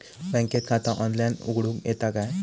बँकेत खाता ऑनलाइन उघडूक येता काय?